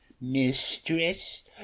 Mistress